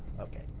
okay,